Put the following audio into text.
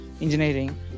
engineering